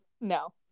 No